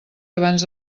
abans